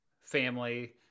family